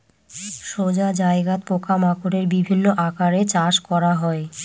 সোজা জায়গাত পোকা মাকড়ের বিভিন্ন আকারে চাষ করা হয়